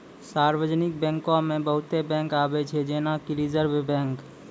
सार्वजानिक बैंको मे बहुते बैंक आबै छै जेना कि रिजर्व बैंक